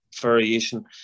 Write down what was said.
variation